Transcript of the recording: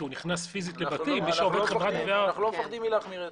כי הוא נכנס פיזית לבתים אנחנו לא פוחדים מהחמרה.